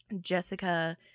Jessica